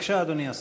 בבקשה, אדוני השר.